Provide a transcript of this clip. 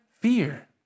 fear